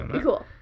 cool